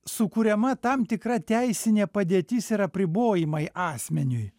sukuriama tam tikra teisinė padėtis ir apribojimai asmeniui